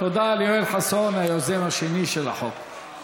תודה ליואל חסון, היוזם השני של החוק.